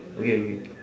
okay okay